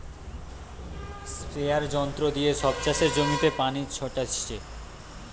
স্প্রেযাঁর যন্ত্র দিয়ে সব চাষের জমিতে পানি ছোরাটিছে